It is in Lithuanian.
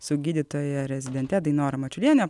su gydytoja rezidente dainora mačiuliene